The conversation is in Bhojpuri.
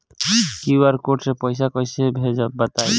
क्यू.आर कोड से पईसा कईसे भेजब बताई?